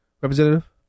Representative